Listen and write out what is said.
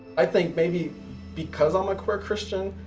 i think maybe because i'm a queer christian,